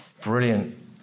Brilliant